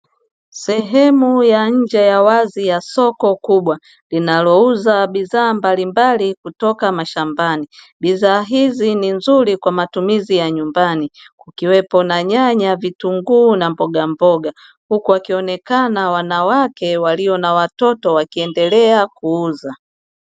Sehemu ya nje ya wazi wa soko kubwa linalouza bidhaa mbalimbali kutoka mashambani, bidhaa hizi ni nzuri kwa matumizi ya nyumbani ikiwepo na nyanya vitunguu na mbogamboga, huku wakionekana wanawake walio na watoto wakiendelea kuuza.